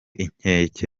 inkeke